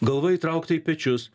galva įtraukta į pečius